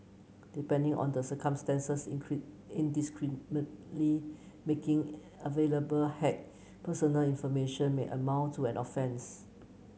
depending on the circumstances indiscriminately making available hacked personal information may amount to an offence